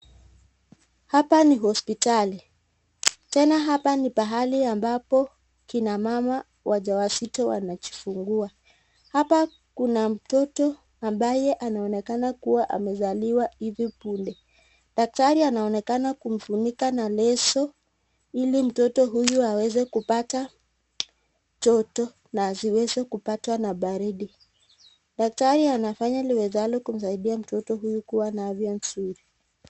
Hapa ni hospitali, tena hapa ni mahali ambapo kina mama wajauzito wanajifungua, hapa kuna mtoto anaonekana kuwa amezaliwa hivi bunde, daktari anaonekana kumfunika na leso hili mtoto huyu aweze kupata choto na haziweze kupatwa na baridi, daktari anafanya liwezalo kumsaidia mtoto huyu kuwa na afya mzuri.